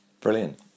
brilliant